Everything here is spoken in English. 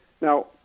Now